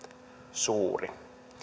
suuri